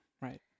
right